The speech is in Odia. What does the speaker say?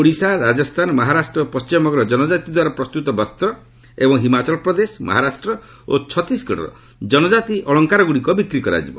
ଓଡ଼ିଶା ରାଜସ୍ଥାନ ମହାରାଷ୍ଟ୍ର ଓ ପଣ୍ଟିମବଙ୍ଗର କନକାତି ଦ୍ୱାରା ପ୍ରସ୍ତୁତ ବସ୍ତ ଏବଂ ହିମାଚଳ ପ୍ରଦେଶ ମହାରାଷ୍ଟ୍ର ଓ ଛତିଶଗଡ଼ର ଜନକାତି ଅଳଙ୍କାରଗୁଡ଼ିକ ବିକ୍ରି କରାଯିବ